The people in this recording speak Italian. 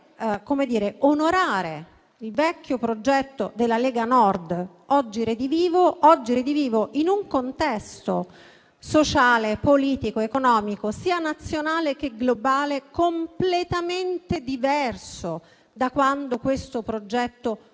per onorare il vecchio progetto della Lega Nord, oggi redivivo in un contesto sociale, politico, economico, sia nazionale che globale, completamente diverso da quando questo progetto fu